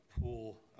pool